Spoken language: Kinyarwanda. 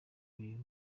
uyu